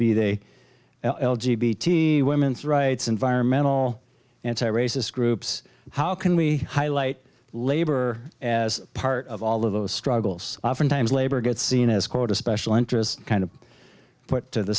g b t women's rights environmental anti racist groups how can we highlight labor as part of all of those struggles oftentimes labor gets seen as quote a special interest kind of put to the